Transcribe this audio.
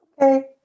okay